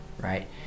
right